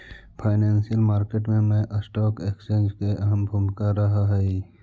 financial market मैं stock exchange के अहम भूमिका रहऽ हइ